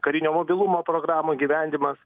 karinio mobilumo programų įgyvendimas